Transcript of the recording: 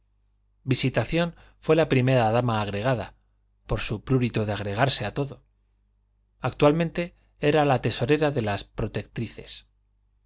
visitación fue la primera dama agregada por su prurito de agregarse a todo actualmente era la tesorera de las